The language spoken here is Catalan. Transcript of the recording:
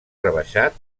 rebaixat